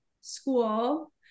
school